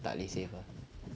tak boleh save ah